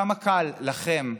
כמה קל לכם,